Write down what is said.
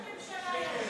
ראש הממשלה יריב לוין.